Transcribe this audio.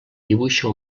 dibuixa